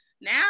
now